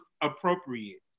appropriate